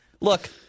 Look